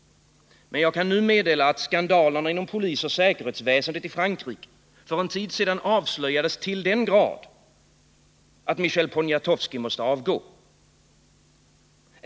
Men jag kan nu meddela att skandalerna inom polisoch säkerhetsväsendet i Frankrike för en tid sedan avslöjades till den grad, att Michel Poniatowski måste avgå.